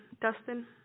Dustin